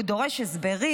והוא דורש הסברים,